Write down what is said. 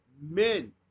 men